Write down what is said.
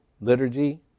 liturgy